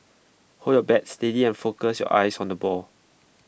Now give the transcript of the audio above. hold your bat steady and focus your eyes on the ball